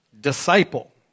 disciple